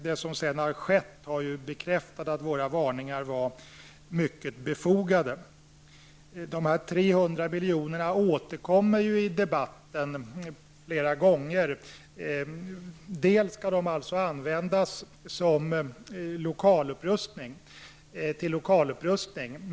Det som sedan har skett har bekräftat att våra varningar var mycket befogade. Dessa 300 milj.kr. återkommer i debatten flera gånger. Pengarna skall bl.a. användas för lokalupprustning.